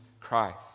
Christ